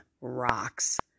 rocks